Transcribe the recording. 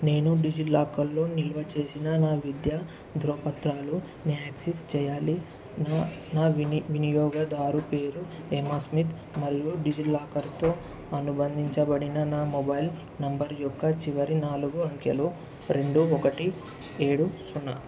నేను డిజిలాకర్లో నిల్వ చేసిన నా విద్యా ధృవపత్రాలు ని యాక్సెస్ చెయ్యాలి నా నా వినియోగదారు పేరు ఎమ్మా స్మిత్ మరియు డిజిలాకర్తో అనుబంధించబడిన నా మొబైల్ నంబర్ యొక్క చివరి నాలుగు అంకెలు రెండు ఒకటి ఏడు సున్నా